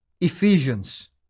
Ephesians